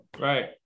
Right